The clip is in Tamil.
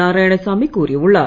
நாராயணசாமி கூறியுள்ளார்